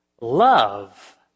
love